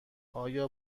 آیا